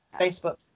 Facebook